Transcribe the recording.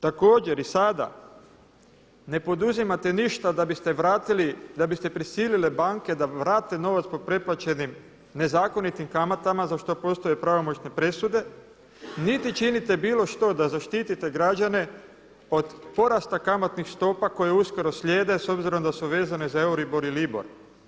Također i sada ne poduzimate ništa da biste vratili, da biste prisilili banke da vrate novac po preplaćenim nezakonitim kamatama za što postoje pravomoćne presude, niti činite bilo što da zaštitite građane od porasta kamatnih stopa koje uskoro slijede s obzirom da su vezane za EURIBOR I LIBOR.